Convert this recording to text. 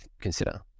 consider